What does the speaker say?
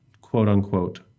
quote-unquote